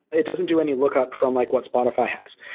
it doesn't do any lookup from like what spotify has.